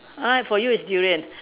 !huh! for you is durian